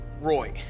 Roy